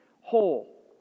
whole